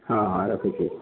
ହଁ ହଁ ରଖୁଛି